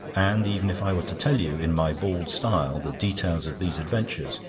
and even if i were to tell you, in my bald style, the details of these adventures,